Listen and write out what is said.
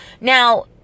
Now